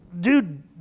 dude